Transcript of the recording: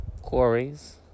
quarries